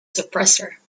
suppressor